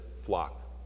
flock